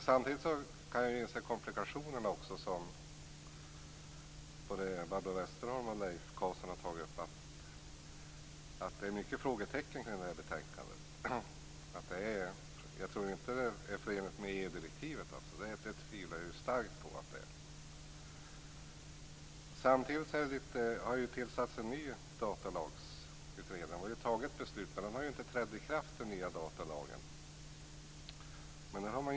Samtidigt kan jag inse komplikationerna, som både Leif Carlson och Barbro Westerholm har tagit upp, och det är många frågetecken kring detta betänkande. Jag tror inte att det är förenligt med EU-direktivet. Det tvivlar jag starkt på. Det tillsattes en ny datalagsutredning, och man har fattat beslut. Men den nya datalagen har inte trätt i kraft.